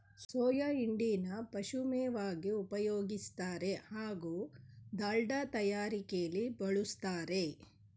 soya ಹಿಂಡಿನ ಪಶುಮೇವಾಗಿ ಉಪಯೋಗಿಸ್ತಾರೆ ಹಾಗೂ ದಾಲ್ಡ ತಯಾರಿಕೆಲಿ ಬಳುಸ್ತಾರೆ